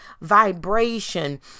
vibration